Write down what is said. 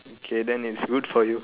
K then it's good for you